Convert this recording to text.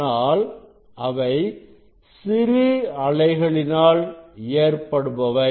ஆனால் அவை சிறு அலைகளினால் ஏற்படுபவை